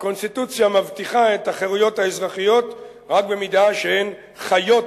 הקונסטיטוציה מבטיחה את החירויות האזרחיות רק במידה שהן חיות